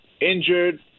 injured